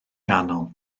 ganol